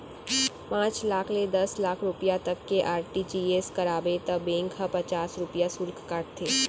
पॉंच लाख ले दस लाख रूपिया तक के आर.टी.जी.एस कराबे त बेंक ह पचास रूपिया सुल्क काटथे